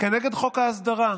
כנגד חוק ההסדרה,